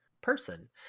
person